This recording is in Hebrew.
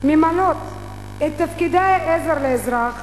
ממלאות את תפקידי העזר לאזרח